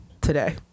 today